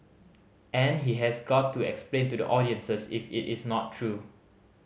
and he has got to explain to the audiences if it is not true